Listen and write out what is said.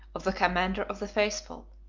of the commander of the faithful.